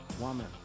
woman